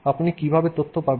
আপনি কিভাবে তথ্য পাবেন